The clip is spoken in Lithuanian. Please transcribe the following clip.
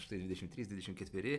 štai dvidešim trys dvidešim ketveri